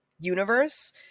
universe